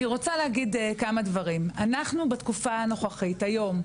אני רוצה להגיד כמה דברים אנחנו בתקופה הנוכחית היום,